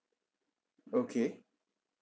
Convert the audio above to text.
okay